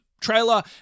Trailer